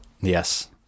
Yes